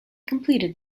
completed